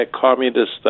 communist